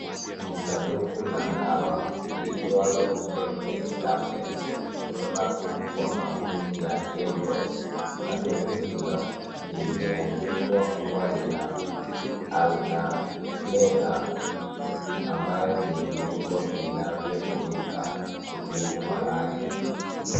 Ni sanduku la dawa liitwalo kemnet tablets, kutoka kwa kampuni ya kemrose. Sanduku hilo limeandikwa kua lina altermetha, ambayo ni viungo vinavyotumika kutibu malaria.